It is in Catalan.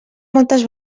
moltes